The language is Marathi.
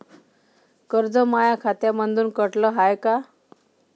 कर्ज माया खात्यामंधून कटलं हाय का?